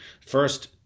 First